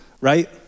right